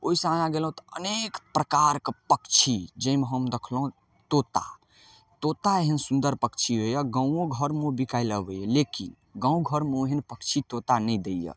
ओइसँ आगाँ गेलहुँ तऽ अनेक प्रकारके पक्षी जाहिमे हम देखलहुँ तोता तोता एहन सुन्दर पक्षी होइए गाँवो घरमे ओ बिकै लए अबैये लेकिन गाँव घरमे ओहेन पक्षी तोता नहि दैये